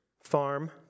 farm